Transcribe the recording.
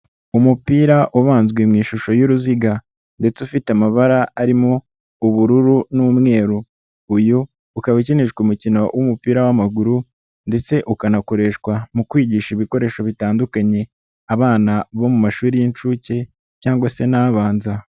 Umupira ubanzwe mu ishusho y'uruziga ndetse ufite amabara arimo ubururu n'umweru, uyu ukaba ukinishwa umukino w'umupira w'amaguru ndetse ukanakoreshwa mu kwigisha ibikoresho bitandukanye abana bo mu mashuri y'inshuke cyangwa se n'abanza.